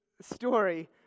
story